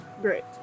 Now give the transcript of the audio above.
Great